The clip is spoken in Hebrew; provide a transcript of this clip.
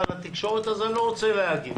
לתקשורת אז אני לא רוצה להגיב,